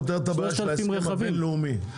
3,000 רכבים.